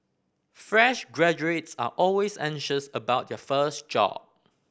fresh graduates are always anxious about their first job